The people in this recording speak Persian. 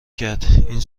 کرد، این